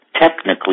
technically